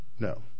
No